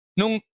nung